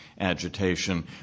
agitation